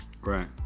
Right